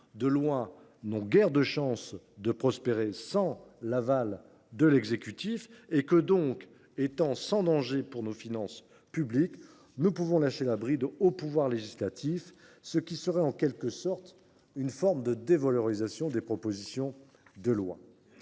de loi n’ont guère de chance de prospérer sans l’aval de l’exécutif – celles ci étant par conséquent sans danger pour les finances publiques, nous pouvons lâcher la bride au pouvoir législatif, ce qui serait en quelque sorte une façon de dévaloriser les propositions de loi.